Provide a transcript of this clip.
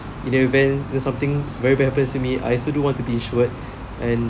in the event that something very bad happens to me I also do want to be assured and